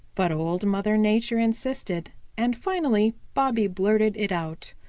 but old mother nature insisted, and finally bobby blurted it out.